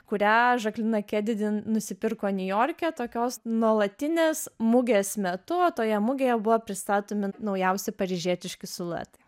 kurią žaklina kenedi nusipirko niujorke tokios nuolatinės mugės metu toje mugėje buvo pristatomi naujausi paryžietiški siluetai